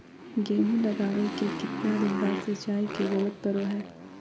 गेहूं लगावे के कितना दिन बाद सिंचाई के जरूरत पड़ो है?